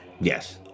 Yes